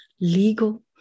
Legal